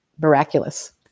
miraculous